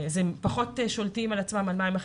הם פחות שולטים בעצמם כשזה נוגע לשאלה